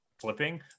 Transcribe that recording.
flipping